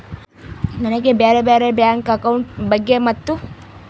ನನಗೆ ಬ್ಯಾರೆ ಬ್ಯಾರೆ ಬ್ಯಾಂಕ್ ಅಕೌಂಟ್ ಬಗ್ಗೆ ಮತ್ತು?